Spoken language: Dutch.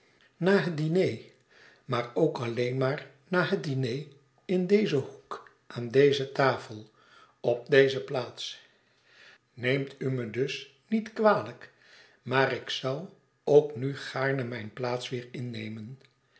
nà het diner maar ook alleen maar nà het diner in dezen hoek aan deze tafel op deze plaats neemt u me dus niet kwalijk maar ik zou ook nu gaarne mijn plaats weêr innemen